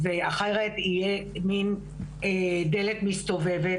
אחרת תהיה מין דלת מסתובבת.